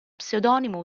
pseudonimo